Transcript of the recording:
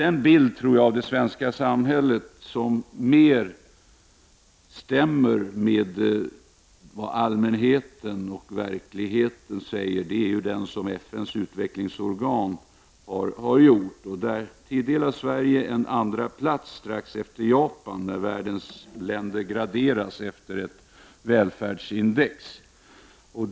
En bild av det svenska samhället som stämmer mer överens med vad allmänheten och verkligheten säger är den bild som FNs utvecklingsorgan har framställt. Där tilldelas Sverige en andraplats strax efter Japan. Världens länder graderas efter ett välfärdsindex.